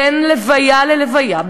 בין לוויה ללוויה,